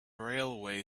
railway